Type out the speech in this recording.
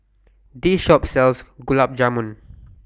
This Shop sells Gulab Jamun